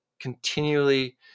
continually